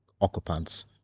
occupants